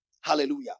Hallelujah